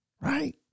right